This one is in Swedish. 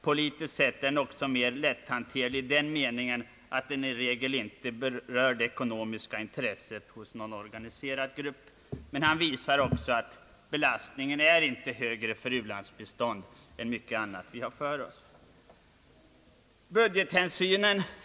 »Politiskt sett är den också lätthanterlig i den meningen att den i regel inte berör det ekonomiska intresset hos någon organiserad grupp.» Men han visar också att belastningen inte är högre för ulandsbistånd än mycket annat som vi har för oss.